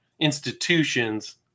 institutions